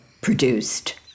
produced